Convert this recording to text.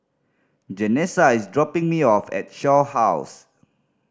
Janessa is dropping me off at Shaw House